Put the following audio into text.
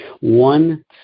One